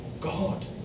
God